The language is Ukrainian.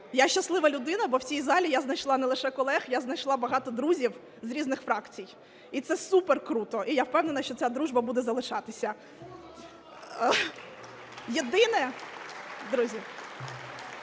Я щаслива людина, бо в цій залі я знайшла не лише колег, я знайшла багато друзів з різних фракцій, і це супер круто. І я впевнена, що ця дружба буде залишатися. (Оплески) Єдине... Друзі,